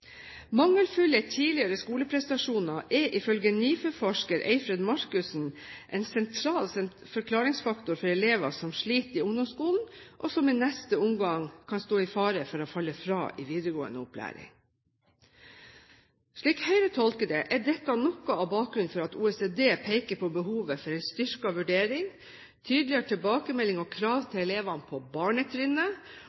Mangelfulle tidligere skoleprestasjoner er ifølge NIFU-forsker Eifred Markussen en sentral forklaringsfaktor for elever som sliter i ungdomsskolen, og som i neste omgang kan stå i fare for å falle fra i videregående opplæring. Slik Høyre tolker det, er dette noe av bakgrunnen for at OECD peker på behovet for styrket vurdering, tydeligere tilbakemelding og krav